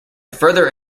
further